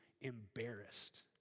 embarrassed